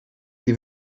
sie